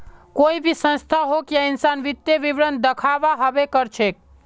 कोई भी संस्था होक या इंसान वित्तीय विवरण दखव्वा हबे कर छेक